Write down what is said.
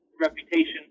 reputation